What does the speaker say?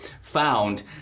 found